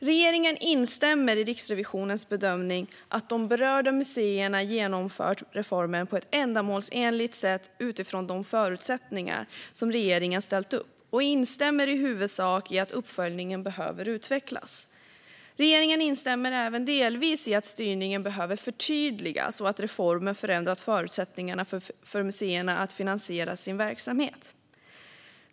Regeringen instämmer i Riksrevisionens bedömning att de berörda museerna genomfört reformen på ett ändamålsenligt sätt, utifrån de förutsättningar som regeringen ställt upp, och instämmer i huvudsak i att uppföljningen behöver utvecklas. Regeringen instämmer även delvis i att styrningen behöver förtydligas och att reformen förändrat förutsättningarna för museerna att finansiera sin verksamhet.